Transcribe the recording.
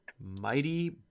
mighty